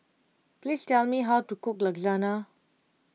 please tell me how to cook